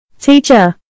Teacher